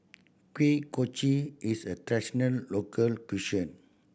Kuih Kochi is a traditional local cuisine